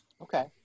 Okay